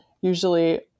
usually